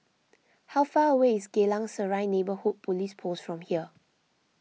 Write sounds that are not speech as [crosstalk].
[noise] how far away is Geylang Serai Neighbourhood Police Post from here